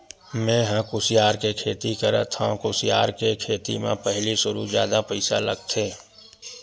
मेंहा ह कुसियार के खेती करत हँव अउ कुसियार के खेती म पहिली सुरु जादा पइसा लगथे